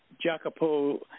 Jacopo